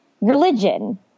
religion